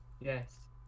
Yes